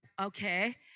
okay